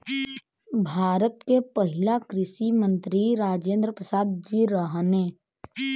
भारत के पहिला कृषि मंत्री राजेंद्र प्रसाद जी रहने